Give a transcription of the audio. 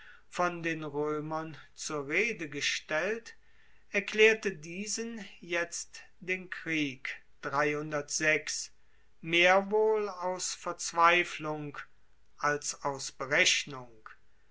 von den roemern zur rede gestellt erklaerte diesen jetzt den krieg mehr wohl aus verzweiflung als aus berechnung